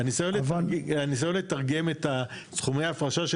אבל ---- הניסיון לתרגם את סכומי ההפרשות,